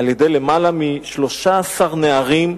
על-ידי למעלה מ-13 נערים.